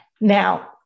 Now